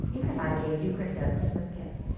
even if i gave you, krista, a christmas gift,